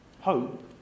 Hope